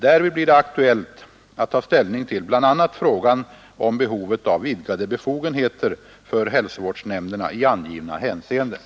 Därvid blir det aktuellt att ta ställning till Torsdagen den